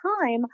time